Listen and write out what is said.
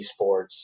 esports